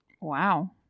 Wow